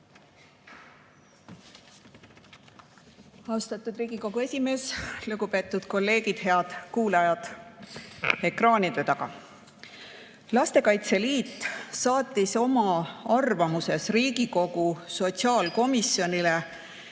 Austatud Riigikogu esimees! Lugupeetud kolleegid! Head kuulajad ekraanide taga! Lastekaitse Liit saatis oma arvamuses Riigikogu sotsiaalkomisjonile